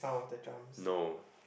no